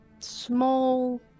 small